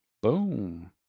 Boom